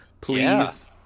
please